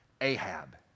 Ahab